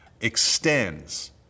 extends